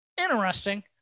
interesting